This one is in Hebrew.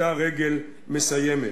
אותה רגל מסיימת.